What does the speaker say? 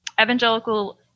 evangelical